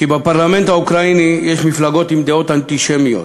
כי בפרלמנט האוקראיני יש מפלגות עם דעות אנטישמיות,